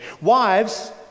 Wives